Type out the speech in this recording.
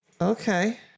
okay